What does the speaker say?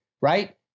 right